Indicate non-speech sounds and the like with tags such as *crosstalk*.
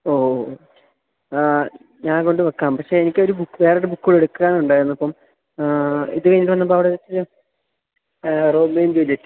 ഓ ആ ഞാൻ കൊണ്ടുവെയ്ക്കാം പക്ഷേ എനിക്കൊരു വേറെയൊരു ബുക്ക് കൂടെ എടുക്കാനുണ്ടായിരുന്നു അപ്പം *unintelligible* റോമിയോ ആന്ഡ് ജൂലിയറ്റ്